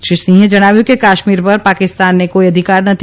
શ્રી સિંહે જણાવ્યું કે કાશ્મીર પર પાકિસ્તાનને કોઈ અધિકાર નથી